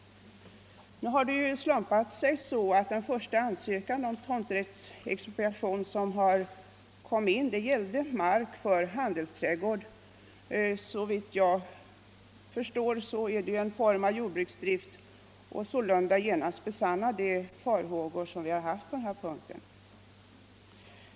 Det har nu slumpat sig så att den första ansökan om tomträttsexpropriation som kom in gällde mark för handelsträdgård — såvitt jag förstår en form av jordbruksdrift — och sålunda genast besannade farhågorna på denna punkt.